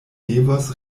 devos